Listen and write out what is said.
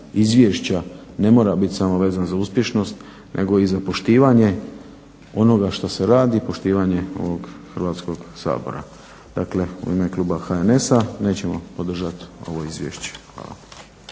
izvješća ne mora biti samo vezan za uspješnost nego i za poštivanje onoga što se radi, poštivanje ovog Hrvatskog sabora. Dakle, u ime kluba HNS-a nećemo podržati ovo izvješće. Hvala.